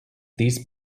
these